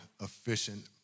efficient